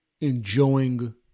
enjoying